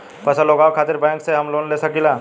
फसल उगावे खतिर का बैंक से हम लोन ले सकीला?